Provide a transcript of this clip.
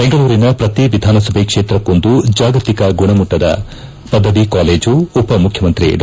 ಬೆಂಗಳೂರಿನ ಶ್ರತಿ ವಿಧಾನಸಭೆ ಕ್ಷೇತ್ರಕ್ಕೊಂದು ಚಾಗತಿಕ ಗುಣಮಟ್ಟದ ಪದವಿ ಕಾಲೇಜು ಉಪಮುಖ್ಯಮಂತ್ರಿ ಡಾ